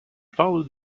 follow